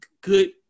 good